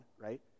right